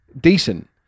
decent